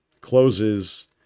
closes